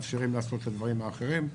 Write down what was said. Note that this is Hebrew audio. מאפשרים לעשות את הדברים האחרים.